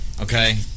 okay